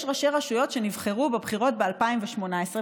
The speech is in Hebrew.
יש ראשי רשויות שנבחרו בבחירות ב-2018,